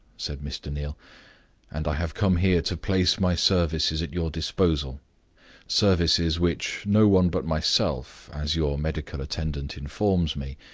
said mr. neal and i have come here to place my services at your disposal services which no one but myself, as your medical attendant informs me,